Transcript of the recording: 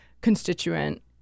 constituent